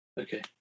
Okay